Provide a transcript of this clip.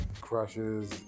crushes